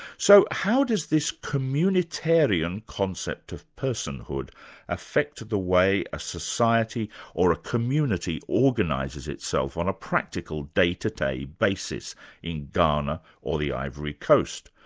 so how does this communitarian concept of personhood affect the way a society or a community organises itself on a practical, day-to-day basis in ghana or the ivory coast?